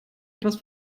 etwas